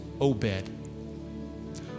Obed